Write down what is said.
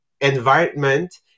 environment